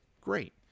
great